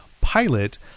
pilot